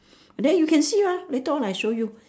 then you can see ah later on I show you